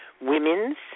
Women's